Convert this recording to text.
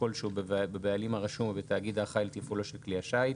כלשהו בבעלים הרשום או בתאגיד האחראי לתפעולו של כלי השיט,